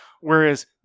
whereas